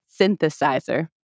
synthesizer